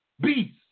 beast